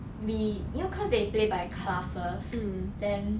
we you know cause they play by classes then